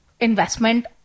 investment